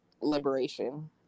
liberation